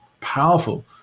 powerful